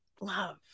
love